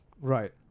Right